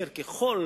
לפעמים זה עונש.